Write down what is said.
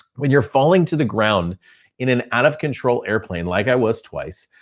when you're falling to the ground in an out of control airplane like i was twice,